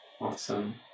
Awesome